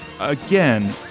again